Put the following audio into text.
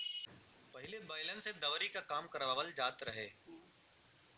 पहिले बैलन से दवरी के काम करवाबल जात रहे